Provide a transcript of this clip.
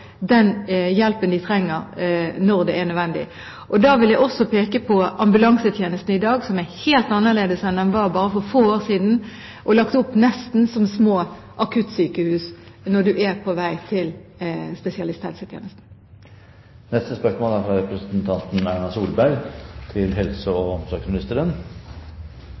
den hjelpen vi trenger, når det er nødvendig. Da vil jeg også peke på ambulansetjenesten som i dag er helt annerledes enn den var bare for få år siden, og lagt opp nesten som små akuttsykehus når man er på vei til spesialisthelsetjenesten. Jeg tillater meg å stille følgende spørsmål til helse- og omsorgsministeren: